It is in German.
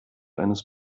eines